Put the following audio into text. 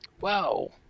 Wow